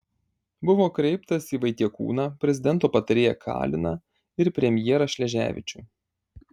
buvo kreiptasi į vaitekūną prezidento patarėją kaliną ir premjerą šleževičių